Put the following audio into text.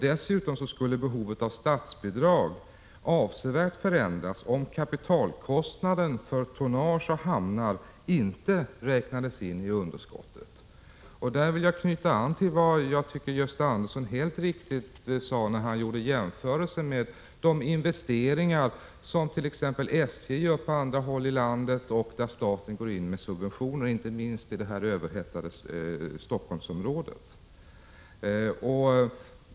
Dessutom skulle behovet av statsbidrag avsevärt förändras om kapitalkostnaden för tonnage och hamnar inte räknades in i underskottet. Jag vill knyta an till vad Gösta Andersson enligt min mening helt riktigt sade, när han gjorde en jämförelse med exempelvis SJ:s investeringar på andra håll i landet där staten går in med subventioner, inte minst i det överhettade Stockholmsområdet.